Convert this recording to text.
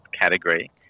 category